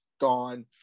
gone